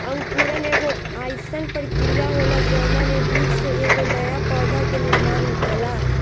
अंकुरण एगो आइसन प्रक्रिया होला जवना में बीज से एगो नया पौधा के निर्माण होखेला